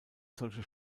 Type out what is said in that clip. solche